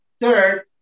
third